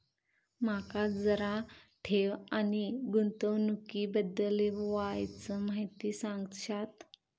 माका जरा ठेव आणि गुंतवणूकी बद्दल वायचं माहिती सांगशात?